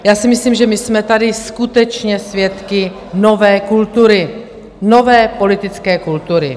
Já si myslím, že my jsme tady skutečně svědky nové kultury, nové politické kultury.